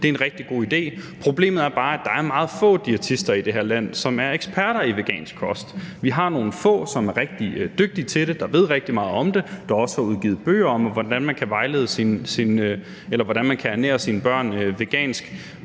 Det er en rigtig god idé. Problemet er bare, at der er meget få diætister i det her land, som er eksperter i vegansk kost. Vi har nogle få, som er rigtig dygtige til det og ved rigtig meget om det, og som også har udgivet bøger om, hvordan man kan ernære sine børn vegansk.